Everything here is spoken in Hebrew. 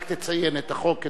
רק תציין את החוק.